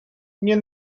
nie